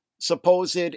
Supposed